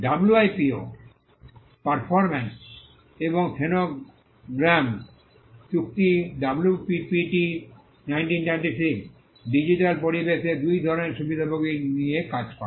WIPO performance এবং phonograms চুক্তি WPPT 1996 digital পরিবেশে দুই ধরণের সুবিধাভোগী নিয়ে কাজ করে